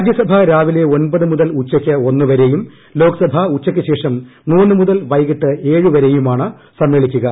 രാജ്യസഭ രാവിലെ ഒൻപത് മുതൽ ഉച്ചയ്ക്ക് ഒന്ന് വരെയും ലോക്സഭ ഉച്ചയ്ക്ക്ശേഷം മൂന്ന് മുതൽ വൈകിട്ട് ഏഴ് വരെയുമാണ് സമ്മേളിക്കുക